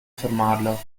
fermarlo